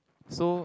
so